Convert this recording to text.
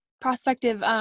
prospective